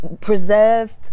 preserved